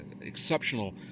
exceptional